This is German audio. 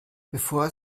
bevor